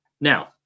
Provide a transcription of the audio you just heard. Now